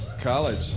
College